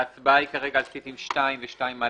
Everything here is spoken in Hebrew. ההצבעה כרגע על סעיפים 2 ו-2א,